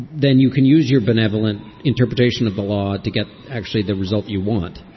then you can use your benevolent interpretation of the law to get actually the result you want.